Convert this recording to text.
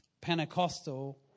Pentecostal